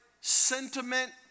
sentiment